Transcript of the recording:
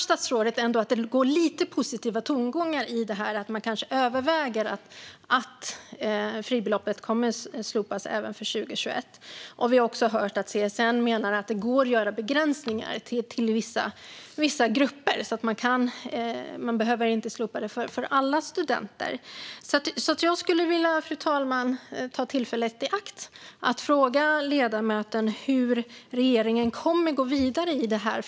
Statsrådet har visat lite positiva tongångar i att överväga att fribeloppet kommer att slopas även för 2021. Vi har också hört att CSN menar att det går att begränsa fribeloppet till vissa grupper så att det inte slopas för alla studenter. Fru talman! Jag vill ta tillfället i akt att fråga ledamoten hur regeringen kommer att gå vidare i detta.